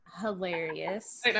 hilarious